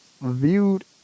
viewed